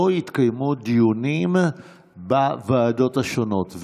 לא יתקיימו דיונים בוועדות השונות.